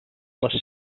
les